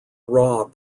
raw